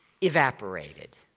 evaporated